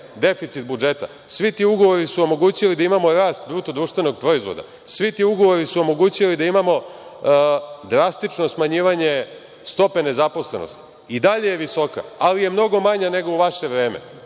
deficit budžeta. Svi ti ugovori su omogućili da imamo rast BDP. Svi ti ugovori su omogućili da imamo drastično smanjivanje stope nezaposlenosti. I dalje je visoka, ali je mnogo manja nego u vaše vreme